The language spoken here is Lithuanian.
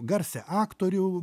garsią aktorių